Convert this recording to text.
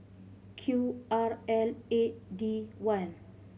Q R L eight D one